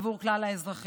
עבור כלל האזרחים.